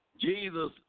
Jesus